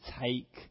take